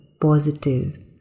positive